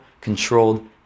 controlled